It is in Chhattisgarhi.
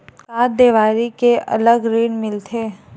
का देवारी के अलग ऋण मिलथे?